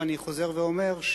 ואני חוזר ואומר,